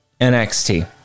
NXT